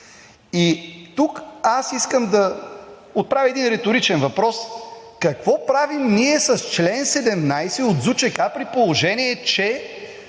Тук аз искам да отправя един риторичен въпрос: какво правим ние с чл. 17 от ЗУЧК, при положение че